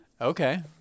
Okay